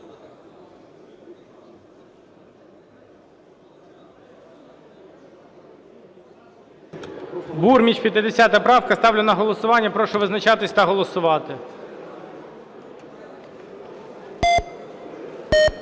Бурміч, 50-а правка. Ставлю на голосування. Прошу визначатись та голосувати.